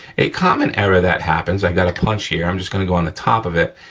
a common error that happens, i got a punch here, i'm just gonna go on the top of it,